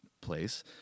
place